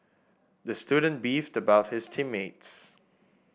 the student beefed about his team mates